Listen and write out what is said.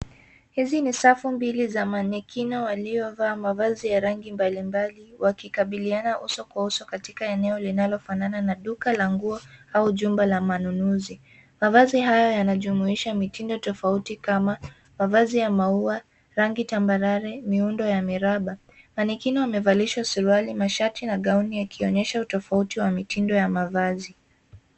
Hizi ni safu mbili za manikeni walio vaa mavazi ya rangi mbalimbali wakirabiana uso kwa uso katika eneo linalofanana na duka la nguo au jumba la manununzi. Majumba haya yanajumuisha mitindo tofauti kama mavazi ya maua, rangi tambarare, miundo ya miraba. Manikeni wamavalishwa suruali mashati na gauni wakionyesha mitindo ya mavazi.